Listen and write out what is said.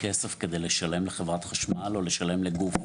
כסף כדי לשלם לחברת חשמל או לשלם לגוף,